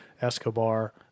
Escobar